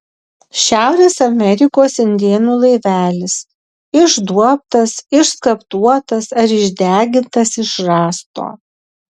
šiaurės amerikos indėnų laivelis išduobtas išskaptuotas ar išdegintas iš rąsto